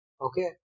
Okay